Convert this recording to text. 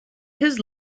his